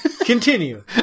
continue